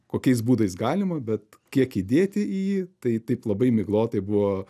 kokiais būdais galima bet kiek įdėti į jį tai taip labai miglotai buvo